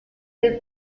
del